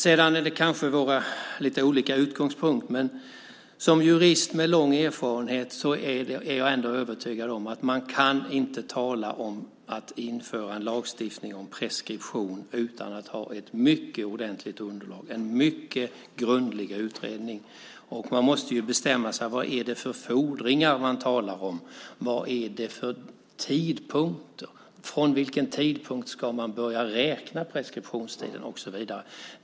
Vi har kanske lite olika utgångspunkter, men som jurist med lång erfarenhet är jag ändå övertygad om att man inte kan tala om att införa en lagstiftning om preskription utan att ha ett mycket ordentligt underlag, en mycket grundlig utredning. Man måste bestämma sig vad det är för fordringar man talar om, vad det är för tidpunkter, från vilken tidpunkt man ska börja räkna preskriptionstiden, och så vidare.